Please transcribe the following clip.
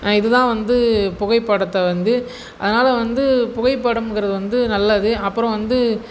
இதுதான் வந்து புகைப்படத்தை வந்து அதனால் வந்து புகைப்படங்கிறது வந்து நல்லது அப்புறம் வந்து